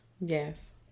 Yes